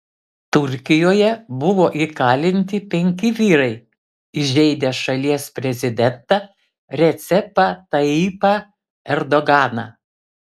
turkijoje buvo įkalinti penki vyrai įžeidę šalies prezidentą recepą tayyipą erdoganą